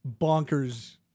bonkers